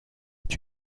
est